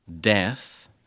death